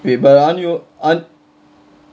wait but aren't you aren't